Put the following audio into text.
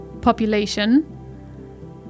population